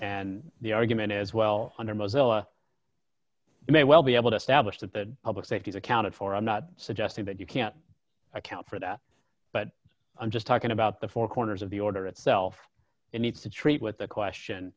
and the argument is well under mozilla it may well be able to establish that the public safety accounted for i'm not suggesting that you can't account for that but i'm just talking about the four corners of the order itself you need to treat with the question